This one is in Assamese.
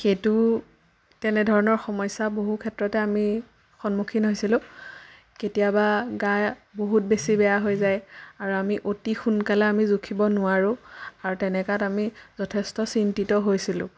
সেইটো তেনেধৰণৰ সমস্যা বহু ক্ষেত্ৰতে আমি সন্মুখীন হৈছিলোঁ কেতিয়াবা গা বহুত বেছি বেয়া হৈ যায় আৰু আমি অতি সোনকালে আমি জুখিব নোৱাৰোঁ আৰু তেনেকুৱাত আমি যথেষ্ট চিন্তিত হৈছিলোঁ